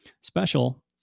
special